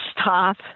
stop